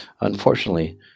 Unfortunately